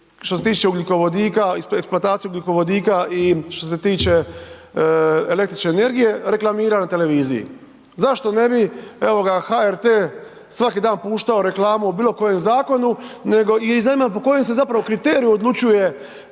što se tiče ugljikovodika, eksplantaciju ugljikovodika i što se tiče električne energije reklamirali na televiziji. Zašto ne bi HRT svaki dan puštao reklamu o bilo kojem zakonu i zanima me po kojim se zapravo kriteriju odlučuje